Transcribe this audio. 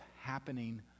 happening